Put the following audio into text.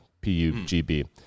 P-U-G-B